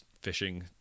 fishing